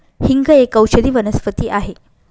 हिंग एक औषधी वनस्पती आहे